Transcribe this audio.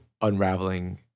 unraveling –